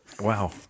Wow